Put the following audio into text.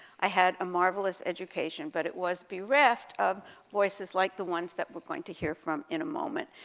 i had a marvelous education, but it was bereft of voices like the ones that we're going to hear from in a moment.